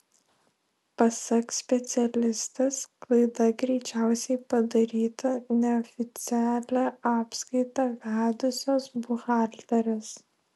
pasak specialistės klaida greičiausiai padaryta neoficialią apskaitą vedusios buhalterės